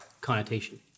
connotation